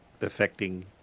affecting